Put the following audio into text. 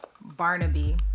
Barnaby